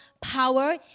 power